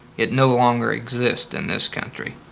it no longer exists in this country.